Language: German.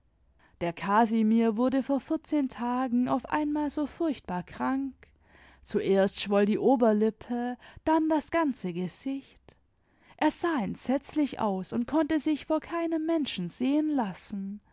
der casimir wurde vor vierzehn tagen auf einmal so furchtbar krank zuerst schwoll die oberlippe dann das ganze gesicht er sah entsetzlich aus und konnte sich vor keinem menschen sehen lassen